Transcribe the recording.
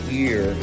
year